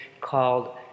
called